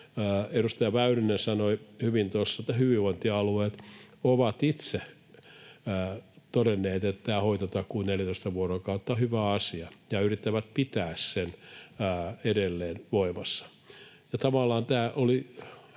Edustaja Väyrynen sanoi hyvin tuossa, että hyvinvointialueet ovat itse todenneet, että tämä 14 vuorokauden hoitotakuu on hyvä asia ja he yrittävät pitää sen edelleen voimassa. Tavallaan tämä oli